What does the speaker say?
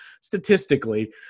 statistically